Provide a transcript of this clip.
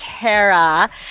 Tara